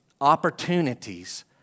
opportunities